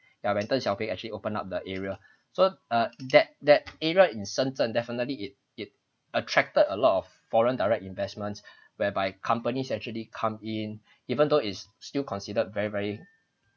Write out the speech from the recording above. ya when deng xiaoping actually open up the area so uh that that area in sun zhen definitely it it attracted a lot of foreign direct investments whereby companies actually come in even though is still considered very very